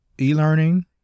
e-learning